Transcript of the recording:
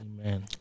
Amen